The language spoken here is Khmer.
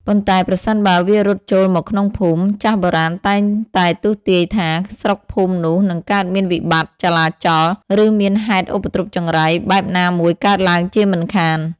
ប៉ុន្តែ ប្រសិនបើវារត់ចូលមកក្នុងភូមិ ចាស់បុរាណតែងតែទស្សន៍ទាយថា ស្រុកភូមិនោះនិងកើតមានវិបត្តិ ចលាចល ឬមានហេតុឧបទ្រពចង្រៃបែបណាមួយកើតឡើងជាមិនខាន។